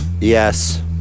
Yes